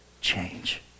change